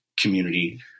community